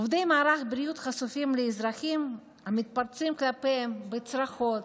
עובדי מערכת הבריאות חשופים לאזרחים המתפרצים כלפיהם בצרחות,